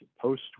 post